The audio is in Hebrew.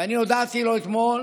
ואני הודעתי לו אתמול